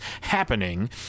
happening